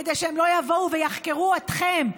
כדי שהם לא יבואו ויחקרו אתכם,